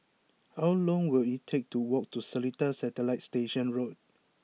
how long will it take to walk to Seletar Satellite Station Road